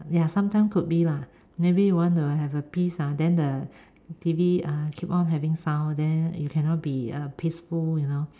ya sometime could be lah maybe want to have peace ah then the TV ah keep on having sound then you cannot be peaceful you know